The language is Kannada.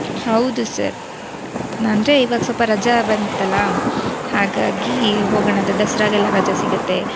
ಹೌದು ಸರ್ ಅಂದರೇ ಇವಾಗ ಸ್ವಲ್ಪ ರಜಾ ಬಂತಲ್ಲಾ ಹಾಗಾಗಿ ಹೋಗೋಣ ಅಂತ ದಸರಗೆಲ್ಲ ರಜ ಸಿಗುತ್ತೆ